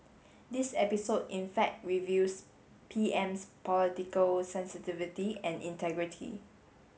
this episode in fact reveals P M's political sensitivity and integrity